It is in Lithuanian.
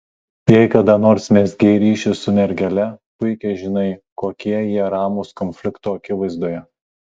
jei kada nors mezgei ryšį su mergele puikiai žinai kokie jie ramūs konflikto akivaizdoje